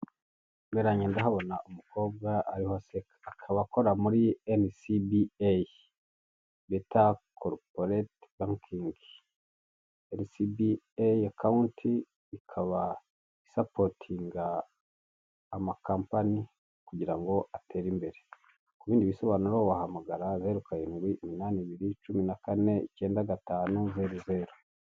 Imbere yanjye ndahabona umukobwa ariho aseka, akaba akora muri Enisibiyeyi beta koriporeti bankingi, Enisibiyeyi akawunti ikaba isapotinga ama kampani kugira ngo atere imbere, ku bindi bisobanuro wahamagara zeru karindwi iminani ibiri cumi na kane icyenda gatanu zeru zeru.